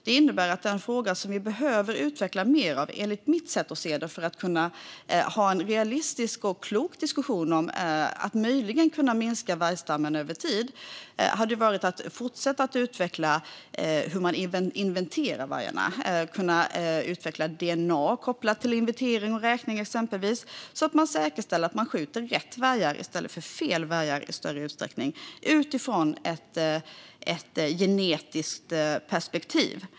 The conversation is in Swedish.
Det innebär att det, enligt mitt sätt att se det, finns en fråga som vi behöver utveckla mer för att vi ska kunna ha en realistisk och klok diskussion om att möjligen kunna minska vargstammen över tid. Det handlar om att fortsätta att utveckla hur man inventerar vargarna, och det handlar exempelvis om dna, kopplat till inventering och räkning, så att det i större utsträckning säkerställs att man skjuter rätt vargar i stället för fel vargar utifrån ett genetiskt perspektiv.